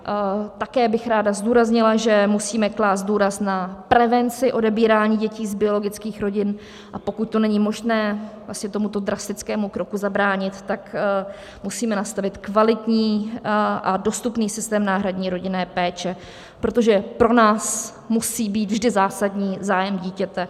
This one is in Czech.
A také bych ráda zdůraznila, že musíme klást důraz na prevenci odebírání dětí z biologických rodin, a pokud to není možné tomuto drastickému kroku zabránit, tak musíme nastavit kvalitní a dostupný systém náhradní rodinné péče, protože pro nás musí být vždy zásadní zájem dítěte.